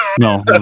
no